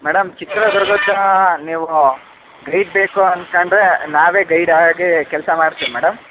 madam ಚಿತ್ರದುರ್ಗಕ್ಕೆ ನೀವು guide ಬೇಕು ಅನ್ಕೊಂಡ್ರೆ ನಾವೇ ಗೈಡ್ ಆಗಿ ಕೆಲಸ ಮಾಡ್ತೀವಿ ಮೇಡಮ್